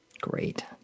Great